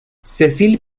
cecil